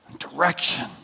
Direction